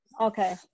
Okay